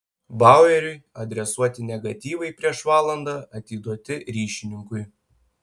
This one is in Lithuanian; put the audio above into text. baueriui adresuoti negatyvai prieš valandą atiduoti ryšininkui